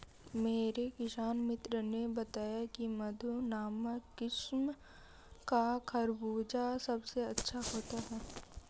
मेरे किसान मित्र ने बताया की मधु नामक किस्म का खरबूजा सबसे अच्छा होता है